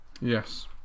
Yes